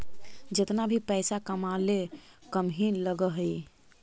जेतना भी पइसा कमाले कम ही लग हई